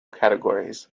categories